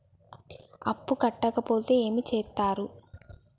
అప్పు కట్టకపోతే ఏమి చేత్తరు?